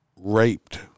raped